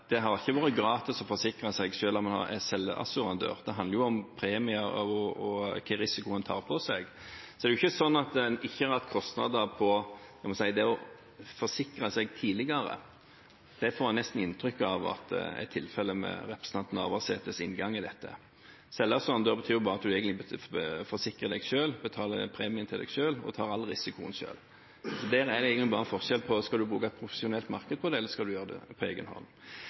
selvassurandør. Det handler jo om premier og hvilken risiko en tar på seg. Det er ikke sånn at en ikke har hatt kostnader på det å forsikre seg tidligere. Det får en nesten inntrykk av at er tilfellet, med representanten Navarsetes inngang til dette. «Selvassurandør» betyr bare at en forsikrer seg selv, betaler premien til seg selv og tar all risikoen selv. Forskjellen er bare om en skal bruke et profesjonelt marked til det, eller om en skal gjøre det på egen hånd.